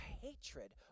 hatred